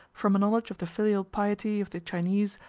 from a knowledge of the filial piety of the chinese,